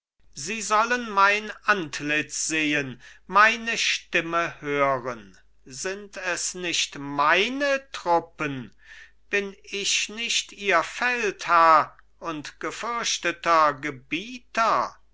sie sollen mein antlitz sehen meine stimme hören sind es nicht meine truppen bin ich nicht ihr feldherr und gefürchteter gebieter